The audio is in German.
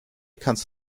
kannst